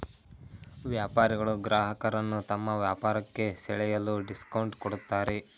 ವ್ಯಾಪಾರಿಗಳು ಗ್ರಾಹಕರನ್ನು ತಮ್ಮ ವ್ಯಾಪಾರಕ್ಕೆ ಸೆಳೆಯಲು ಡಿಸ್ಕೌಂಟ್ ಕೊಡುತ್ತಾರೆ